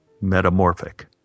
metamorphic